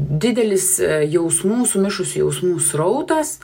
didelis jausmų sumišusių jausmų srautas